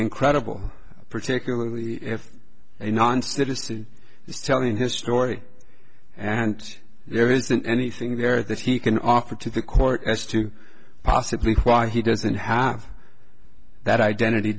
incredible particularly if a non citizen is telling his story and there isn't anything there that he can offer to the court as to possibly why he doesn't have that identity